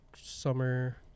summer